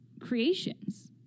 creations